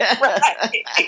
Right